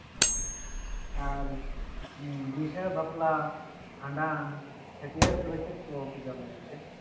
ᱚ ᱟᱨ ᱵᱤᱦᱟᱹ ᱵᱟᱯᱞᱟ ᱵᱷᱟᱸᱰᱟᱱ ᱪᱷᱟᱹᱴᱭᱟᱹᱨ ᱠᱚᱨᱮ ᱪᱮᱫ ᱠᱚᱯᱮ ᱡᱚᱢ ᱧᱩᱭᱛᱮ